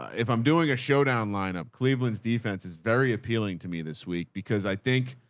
if i'm doing a showdown lineup, cleveland's defense is very appealing to me this week because i think,